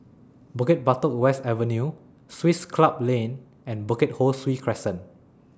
Bukit Batok West Avenue Swiss Club Lane and Bukit Ho Swee Crescent